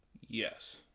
Yes